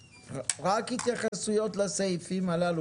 בויקו, רק התייחסות לסעיפים הללו